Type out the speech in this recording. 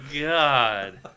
God